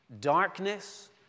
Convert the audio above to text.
darkness